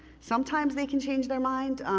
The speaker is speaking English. sometimes they can change their mind,